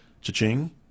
cha-ching